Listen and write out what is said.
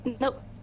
Nope